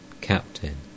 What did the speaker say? Captain